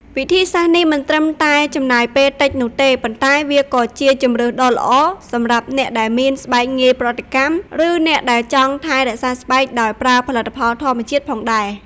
វិធីសាស្រ្តនេះមិនត្រឹមតែចំណាយតិចនោះទេ ប៉ុន្តែវាក៏ជាជម្រើសដ៏ល្អសម្រាប់អ្នកដែលមានស្បែកងាយប្រតិកម្ម ឬអ្នកដែលចង់ថែរក្សាស្បែកដោយប្រើផលិតផលធម្មជាតិផងដែរ។